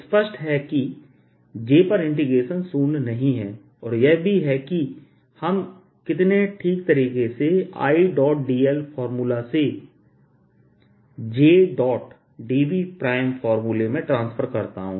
स्पष्ट है कि j पर इंटीग्रेशन शून्य नहीं है और यह भी है कि हम कितने ठीक तरीके से Idl फॉर्मूला से jd v प्राइम फॉर्मूला में ट्रांसफर करता हूं